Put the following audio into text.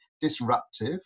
disruptive